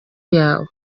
yawe